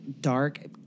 dark